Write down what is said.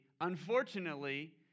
unfortunately